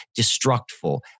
destructful